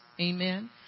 Amen